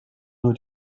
nur